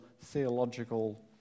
theological